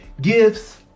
gifts